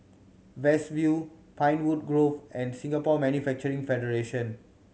West View Pinewood Grove and Singapore Manufacturing Federation